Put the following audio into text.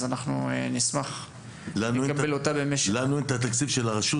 אנחנו נשמח לקבל אותה --- לנו אין את התקציב של הרשות